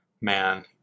Man